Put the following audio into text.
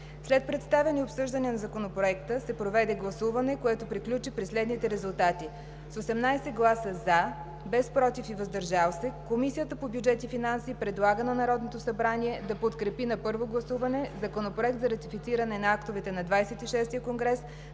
След представяне и обсъждане на Законопроекта се проведе гласуване, което приключи при следните резултати: с 18 гласа „за”, без „против” и „въздържал се”. Комисията по бюджет и финанси предлага на Народното събрание да подкрепи на първо гласуване Законопроект за ратифициране на актовете на ХХVI конгрес